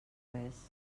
res